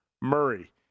Murray